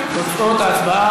מסדר-היום את הצעת